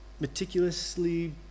meticulously